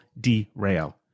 derail